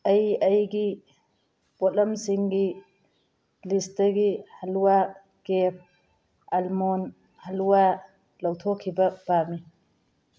ꯑꯩ ꯑꯩꯒꯤ ꯄꯣꯠꯂꯝꯁꯤꯡꯒꯤ ꯂꯤꯁꯇꯒꯤ ꯍꯜꯋꯥ ꯀ꯭ꯔꯥꯐ ꯑꯜꯃꯣꯟ ꯍꯜꯋꯥ ꯂꯧꯊꯣꯛꯈꯤꯕ ꯄꯥꯝꯃꯤ